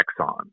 Exxon